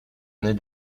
venait